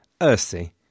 Ursi